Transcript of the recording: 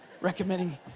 recommending